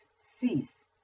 cease